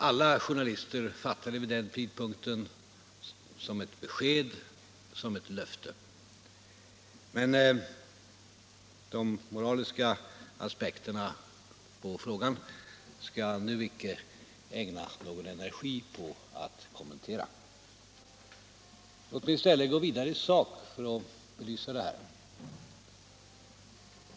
Alla journalister fattade vid den tidpunkten uttalandet som ett besked, som ett löfte. Men de moraliska aspekterna på frågan skall jag nu icke ägna någon energi åt att kommentera. Låt mig i stället gå vidare i sak för att belysa det hela.